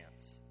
chance